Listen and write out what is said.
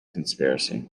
conspiracy